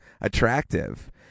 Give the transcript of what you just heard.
attractive